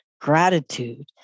Gratitude